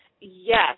Yes